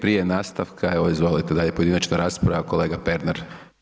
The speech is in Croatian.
Prije nastavka, evo, izvolite dalje, pojedinačna rasprava, kolega Pernar.